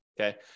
okay